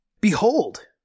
behold